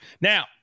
Now